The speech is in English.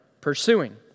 pursuing